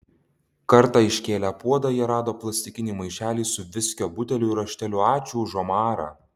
kartą iškėlę puodą jie rado plastikinį maišelį su viskio buteliu ir rašteliu ačiū už omarą